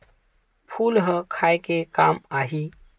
फूल ह खाये के काम आही?